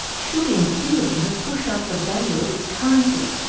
should, in theory, have pushed up the value of its currency,